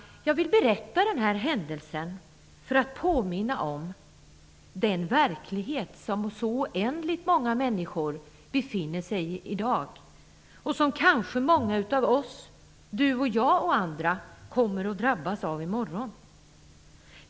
Jag vill berätta om denna händelse för att påminna om den verklighet som så oändligt många människor befinner sig i i dag och som kanske många av oss - ni och jag och andra - kommer att drabbas av i morgon.